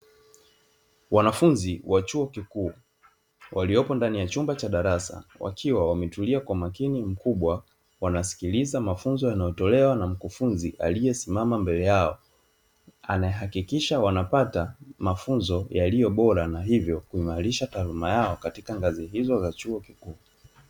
Wanafunzi wa chuo kikuu, waliopo ndani ya chumba cha darasa, wanamsikiliza mkufunzi aliyesimama mbele yao, anahakikisha wanapata mafunzo yaliyo bora na hivyo kuimarisha taaluma yao katika ngazi hiyo ya chuo kikuu.